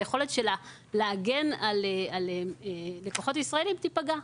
והיכולת שלה להגן על לקוחות ישראלים יפגעו.